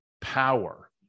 Power